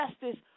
justice